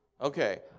Okay